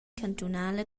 cantunala